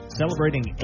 celebrating